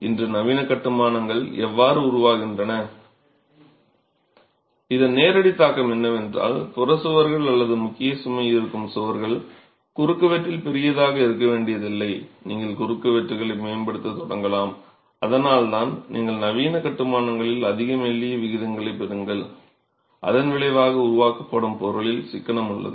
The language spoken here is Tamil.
இன்று நவீன கட்டுமானங்கள் எவ்வாறு உருவாகின்றன இதன் நேரடி தாக்கம் என்னவென்றால் புறச் சுவர்கள் அல்லது முக்கிய சுமை தாங்கும் சுவர்கள் குறுக்குவெட்டில் பெரியதாக இருக்க வேண்டியதில்லை நீங்கள் குறுக்குவெட்டுகளை மேம்படுத்தத் தொடங்கலாம் அதனால்தான் நீங்கள் நவீன கட்டுமானங்களில் அதிக மெல்லிய விகிதங்களைப் பெறுங்கள் அதன் விளைவாக உருவாக்கப்படும் பொருளில் சிக்கனம் உள்ளது